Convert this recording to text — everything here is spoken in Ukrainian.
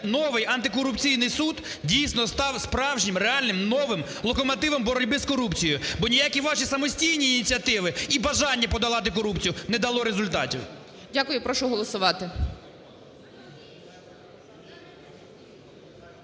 новий антикорупційний суд дійсно став справжнім, реальним, новим локомотивом боротьби з корупцією. Бо ні які ваші самостійні ініціативи і бажання подолання корупцію не дало результатів. ГОЛОВУЮЧИЙ. Дякую. І прошу голосувати.